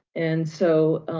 and so,